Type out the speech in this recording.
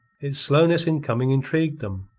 its slowness in coming intrigued them,